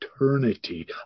eternity